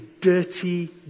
dirty